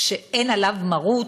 שאין עליו מרות,